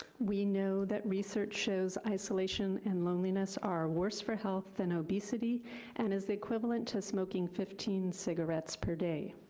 we know that research shows isolation and loneliness are worse for health than obesity and is equivalent to smoking fifteen cigarettes per day.